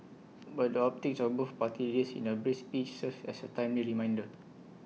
but the optics of both party leaders in A brace each serves as A timely reminder